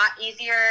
easier